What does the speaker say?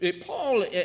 Paul